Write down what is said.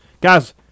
Guys